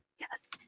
Yes